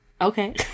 Okay